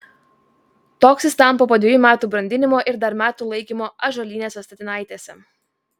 toks jis tampa po dvejų metų brandinimo ir dar metų laikymo ąžuolinėse statinaitėse